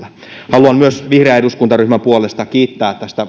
myös vihreän eduskuntaryhmän puolesta kiittää